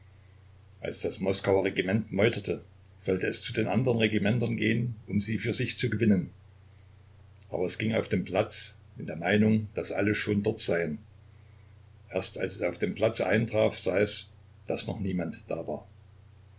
als das moskauer regiment meuterte sollte es zu den andern regimentern gehen um sie für sich zu gewinnen aber es ging auf den platz in der meinung daß alle schon dort seien erst als es auf dem platze eintraf sah es daß noch niemand da war